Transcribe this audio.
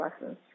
lessons